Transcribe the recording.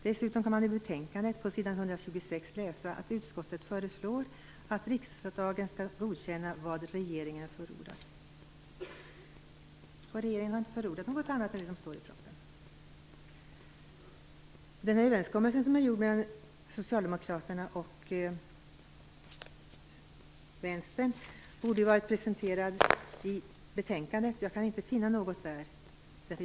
Dessutom kan man i betänkandet på s. 126 läsa att utskottet föreslår att riksdagen skall godkänna vad regeringen förordat. Regeringen har inte förordat något annat än det som står i propositionen. Den överenskommelse som är gjord mellan Socialdemokraterna och vänstern borde finnas presenterad i betänkandet, men jag kan inte finna något där.